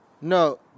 No